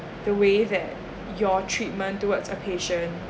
the way that your treatment towards a patient